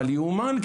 אבל יאומן,